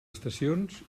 estacions